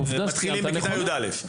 מתחילים בכיתה י"א,